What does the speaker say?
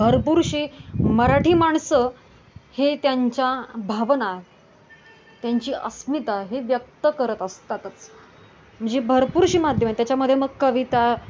भरपूरशी मराठी माणसं हे त्यांच्या भावना त्यांची अस्मिता हे व्यक्त करत असतातच म्हणजे भरपूरशी माध्यम आहे त्याच्यामध्ये मग कविता